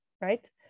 right